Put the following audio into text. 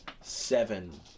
Seven